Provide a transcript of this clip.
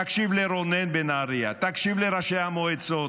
תקשיב לרונן בנהריה, תקשיב לראשי המועצות,